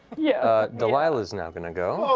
yeah delilah's now going to go.